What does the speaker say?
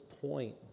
point